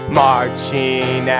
marching